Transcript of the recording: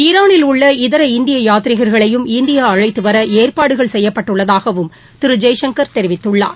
ஈரானில் உள்ள இதர இந்திய யாத்திரிகர்களையும் இந்தியா அழைத்துவர ஏற்பாடுகள் செய்யப்பட்டுள்ளதாகவும் திரு ஜெய்சங்கர் தெரிவித்துள்ளார்